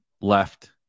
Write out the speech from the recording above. left